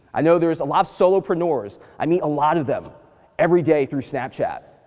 i know there's a lot of solo-preneurs. i meet a lot of them everyday through snapchat,